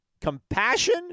compassion